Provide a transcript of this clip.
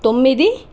తొమ్మిది